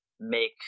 make